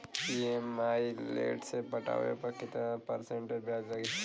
EMI late से पटावे पर कितना परसेंट ब्याज लगी?